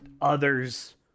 others